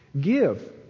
Give